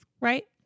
right